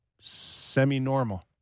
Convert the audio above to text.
semi-normal